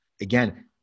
Again